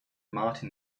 martin